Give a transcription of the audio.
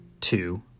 two